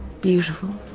Beautiful